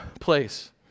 place